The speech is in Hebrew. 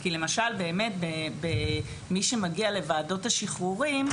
כי למשל מי שמגיע לוועדות השחרורים,